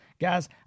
Guys